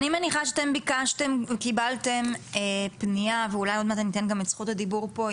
אני מניחה שאתם קיבלתם פניה ואולי עוד מעט גם אתן את זכות הדיבור פה,